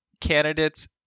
candidates